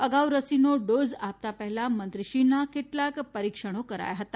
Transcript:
અગાઉ રસીનો ડોઝ આપતા પહેલા મંત્રીશ્રીના કેટલાક પરીક્ષણો કરાયા હતા